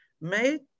made